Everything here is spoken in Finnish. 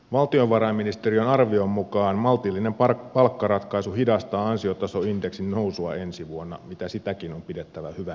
valtiovarainministeriön arvion mukaan maltillinen palkkaratkaisu hidastaa ansiotasoindeksin nousua ensi vuonna mitä sitäkin on pidettävä hyvänä asiana